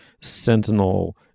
sentinel